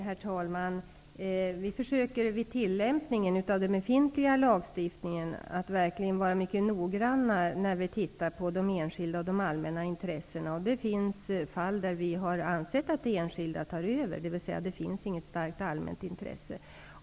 Fru talman! Vi försöker vid tillämpningen av den befintliga lagstiftningen vara mycket noggranna när vi tittar på de enskilda och allmänna intressena. Det finns fall där vi har ansett att det enskilda tar över, dvs. när det inte finns något allmänt intresse.